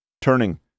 Turning